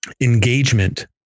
engagement